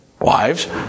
wives